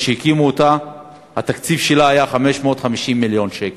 כשהקימו אותה התקציב שלה היה 550 מיליון שקל,